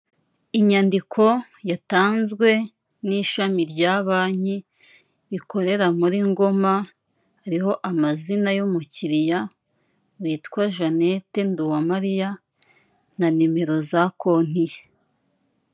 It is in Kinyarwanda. Inyandiko yatanzwe n'ishami rya banki rikorera muri Ngoma hariho amazina y'umukiriya witwa Jannette Nduwamariya na nimero za konti ye.